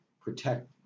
protect